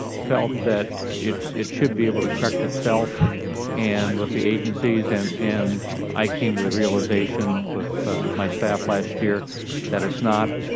felt that it it should be able to correct itself and with the agencies, and and i came to the realization with my staff last year that it is not.